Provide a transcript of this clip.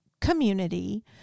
community